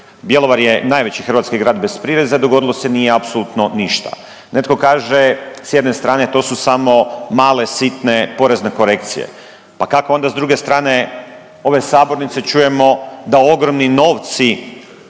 Bjelovar je najveći hrvatski grad bez prireza i dogodilo se nije apsolutno ništa. Netko kaže s jedne strane to su samo male, sitne porezne korekcije, pa kako onda s druge strane ove sabornice čujemo da ogromni novci